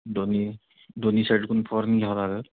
दोन्ही दोन्ही साईडकडून फवारून घ्यावं लागेल